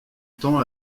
temps